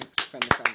thanks